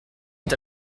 est